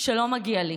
שלא מגיע לי,